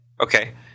Okay